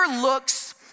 looks